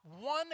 one